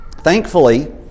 Thankfully